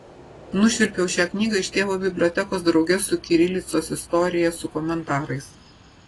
nušvilpiau šią knygą iš tėvo bibliotekos drauge su kirilicos istorija su komentarais